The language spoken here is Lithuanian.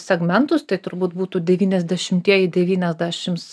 segmentus tai turbūt būtų devyniasdešimtieji devyniasdešims